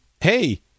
hey